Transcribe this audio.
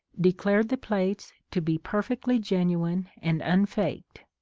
declared the plates to be perfectly genuine and unf aked,